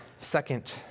second